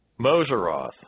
Moseroth